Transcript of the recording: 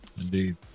Indeed